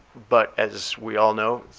but as we all know